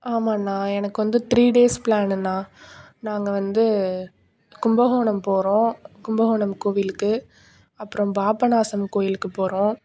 ஆமாண்ணா எனக்கு வந்து த்ரீ டேஸ் பிளானுண்ணா நாங்கள் வந்து கும்பகோணம் போகிறோம் கும்பகோணம் கோவிலுக்கு அப்றம் பாபநாசம் கோயிலுக்கு போகிறோம்